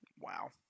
Wow